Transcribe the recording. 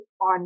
on